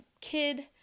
kid